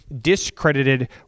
discredited